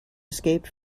escaped